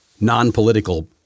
non-political